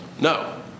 No